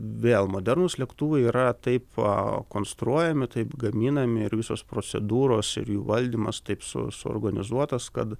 vėl modernūs lėktuvai yra taip konstruojami taip gaminami ir visos procedūros ir jų valdymas taip su suorganizuotas kad